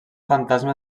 fantasma